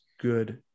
good